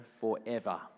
forever